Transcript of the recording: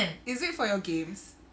is it for your games